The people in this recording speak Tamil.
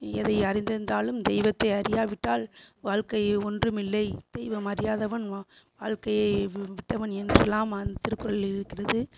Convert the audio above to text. எதை அறிந்திருந்தாலும் தெய்வத்தை அறியாவிட்டால் வாழ்க்கையே ஒன்றும் இல்லை தெய்வம் அறியாதவன் வ வாழ்க்கையை விட்டவன் என்றெல்லாம் அந்தத் திருக்குறளில் இருக்கிறது